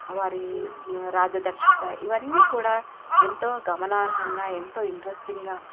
వారి రాజదక్షత ఇవన్నీ కూడా ఎంతో గమనార్హంగా ఎంతో ఇంట్రెస్టింగ్గా